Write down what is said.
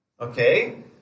okay